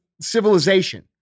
civilization